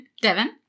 Devin